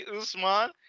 Usman